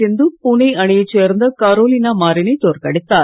சிந்து புனே அணியைச் சேர்ந்த கரோலினா மாரினை தோற்கடித்தார்